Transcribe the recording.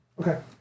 Okay